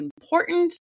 important